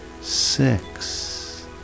six